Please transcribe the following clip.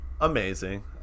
amazing